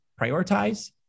prioritize